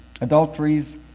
adulteries